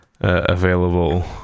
available